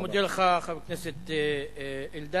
אני מודה לך, חבר הכנסת אלדד.